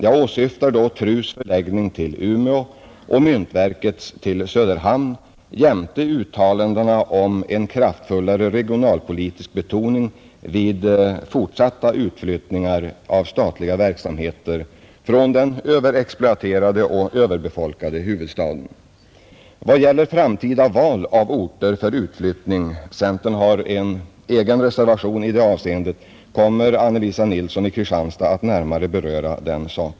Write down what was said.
Jag åsyftar då TRU:s förläggning till Umeå och myntverkets till Söderhamn jämte uttalandena om en kraftfullare regionalpolitisk betoning vid fortsatt utflyttning av statlig verksamhet från den överexploaterade och överbefolkade huvudstaden. Frågan om framtida val av orter för utflyttningar — centern har en egen reservation i det avseendet — kommer fru Nilsson i Kristianstad att närmare beröra.